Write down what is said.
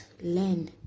learn